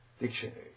dictionary